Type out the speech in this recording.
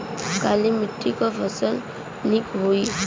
काली मिट्टी क फसल नीक होई?